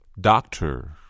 Doctor